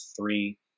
three